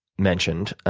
mentioned,